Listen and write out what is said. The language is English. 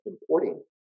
importing